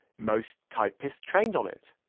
most typists trained on it.